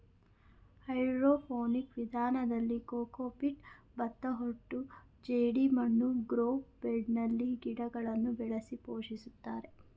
hydroponic ವಿಧಾನದಲ್ಲಿ cocopeat, ಭತ್ತದಹೊಟ್ಟು ಜೆಡಿಮಣ್ಣು ಗ್ರೋ ಬೆಡ್ನಲ್ಲಿ ಗಿಡಗಳನ್ನು ಬೆಳೆಸಿ ಪೋಷಿಸುತ್ತಾರೆ